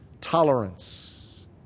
tolerance